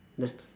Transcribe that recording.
yes